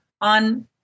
on